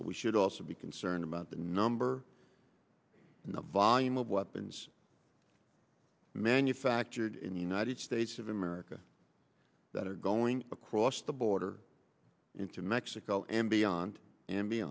we should also be concerned about the number and the volume of weapons manufactured in the united states of america that are going across the border into mexico and beyond and be